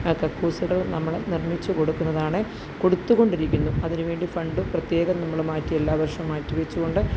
ആ കക്കൂസുകൾ നമ്മൾ നിർമ്മിച്ചു കൊടുക്കുന്നതാണ് കൊടുത്തുകൊണ്ടിരിക്കുന്നു അതിനുവേണ്ടി ഫണ്ടും പ്രത്യേകം നമ്മൾ മാറ്റി എല്ലാവർഷവും മാറ്റി വെച്ചുകൊണ്ട്